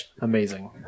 Amazing